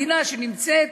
מדינה שנמצאת